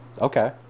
Okay